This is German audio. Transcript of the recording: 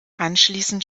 anschließend